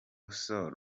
sall